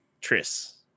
tris